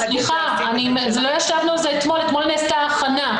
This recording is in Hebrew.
סליחה, לא ישבנו על זה אתמול, אתמול נעשתה הכנה.